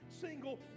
single